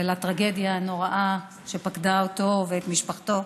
ולטרגדיה הנוראה שפקדה אותו ואת משפחתו.